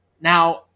Now